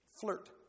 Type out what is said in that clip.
flirt